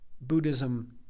Buddhism